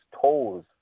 toes